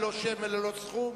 ללא שם וללא סכום,